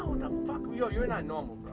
fuck? yo, you're not normal,